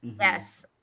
Yes